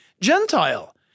Gentile